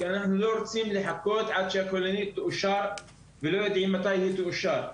כי אנחנו לא רוצים לחכות עד שהכוללנית תאושר ולא יודעים מתי היא תאושר.